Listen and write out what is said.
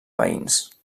veïns